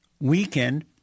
weekend